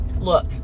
Look